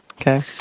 Okay